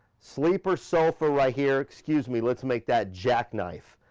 sleeper sofa right here, excuse me, let's make that jackknife.